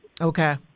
Okay